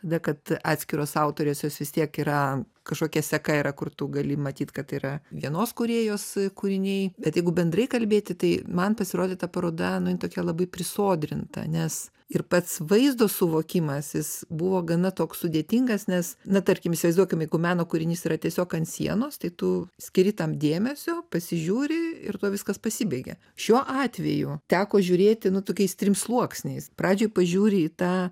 tada kad atskiros autorės jos vis tiek yra kažkokia seka yra kur tu gali manyt kad yra vienos kūrėjos kūriniai bet jeigu bendrai kalbėti tai man pasirodė ta paroda nu jin tokia labai prisodrinta nes ir pats vaizdo suvokimas jis buvo gana toks sudėtingas nes na tarkim įsivaizduokim jeigu meno kūrinys yra tiesiog ant sienos tai tu skiri tam dėmesio pasižiūri ir tuo viskas pasibaigia šiuo atveju teko žiūrėti nu tokiais trim sluoksniais pradžiai pažiūri į tą